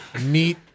meet